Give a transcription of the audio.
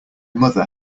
mother